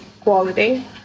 quality